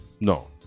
No